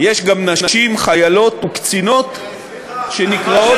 יש גם נשים חיילות וקצינות שנקראות,